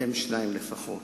והם שניים לפחות.